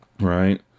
right